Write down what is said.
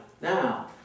Now